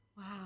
Wow